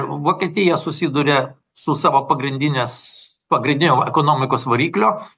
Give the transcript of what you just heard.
vokietija susiduria su savo pagrindinės pagrindinio ekonomikos variklio